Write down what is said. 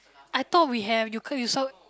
I thought we have you cause you saw